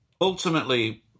ultimately